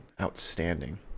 outstanding